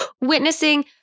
witnessing